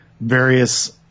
various